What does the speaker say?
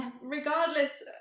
regardless